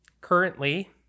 Currently